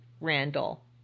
Randall